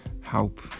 help